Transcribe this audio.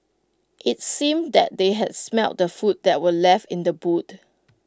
IT seemed that they had smelt the food that were left in the boot